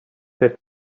said